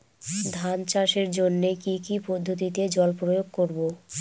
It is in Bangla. ধান চাষের জন্যে কি কী পদ্ধতিতে জল প্রয়োগ করব?